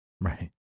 Right